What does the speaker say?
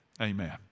Amen